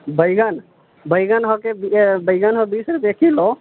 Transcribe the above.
बैगन बैगन बैगन हो बीस रुपए किलो